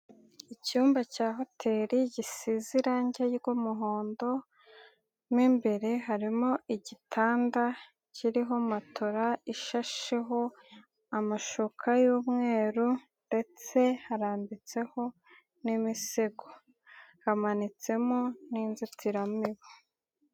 Icyumba cya hoteli gisize irange ry'umuhondo, mo imbere harimo igitanda kiriho matola ishasheho amashuka y'umweru ndetse harambitseho n'imisego, hamanitsemo n'inzitiramibu.